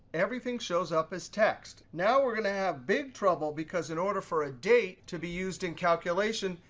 everything shows up as text. now we're going to have big trouble, because in order for a date to be used in calculation,